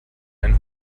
ein